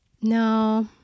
no